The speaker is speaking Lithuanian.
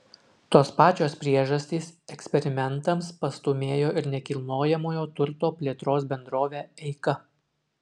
tos pačios priežastys eksperimentams pastūmėjo ir nekilnojamojo turto plėtros bendrovę eika